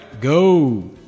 go